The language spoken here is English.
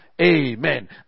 Amen